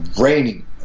raining